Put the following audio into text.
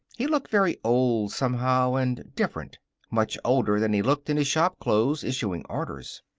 he looked very old, somehow, and different much older than he looked in his shop clothes, issuing orders.